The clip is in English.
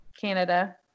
Canada